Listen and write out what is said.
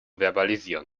verbalisieren